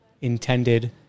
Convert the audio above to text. intended